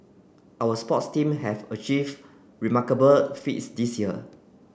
our sports team have achieve remarkable feats this year